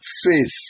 faith